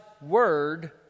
word